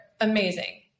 amazing